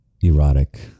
erotic